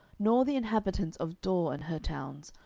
nor the inhabitants of dor and her towns,